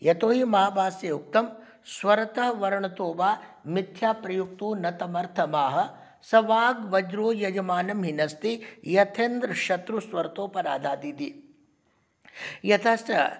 यतोहि महाभाष्ये उक्तं स्वरतः वर्णतो वा मिथ्या प्रयुक्तो न तमर्थमाह स वाग्वज्रो यजमानं हिनस्ति यथेन्द्रशत्रुः स्वरतोऽपराधादिति यतश्च